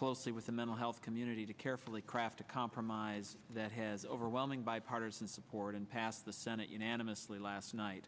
closely with the mental health community to carefully craft a compromise that has overwhelming bipartisan support and passed the senate unanimously last night